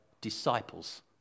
disciples